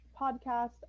podcast